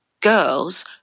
girls